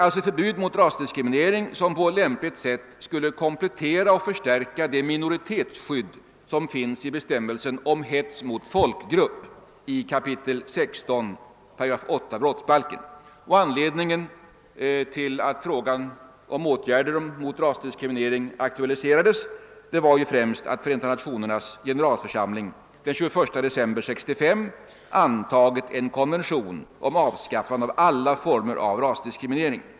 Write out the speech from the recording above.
Förbudet mot rasdiskriminering skulle på lämpligt sätt komplettera och förstärka det minoritetsskydd som finns 1 bestämmelsen om hets mot folkgrupp i 16 kap. 8 § brottsbalken. Anledningen till att frågan om åtgärder mot rasdiskriminering aktualiserades var ju främst, att Förenta nationernas generalförsamling den 21 september 1965 antagit en konvention om avskaffande av alla former av rasdiskriminering.